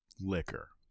liquor